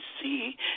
see